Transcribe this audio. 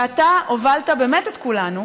ואתה הובלת באמת את כולנו,